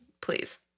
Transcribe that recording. Please